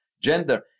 gender